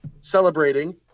celebrating